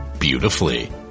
beautifully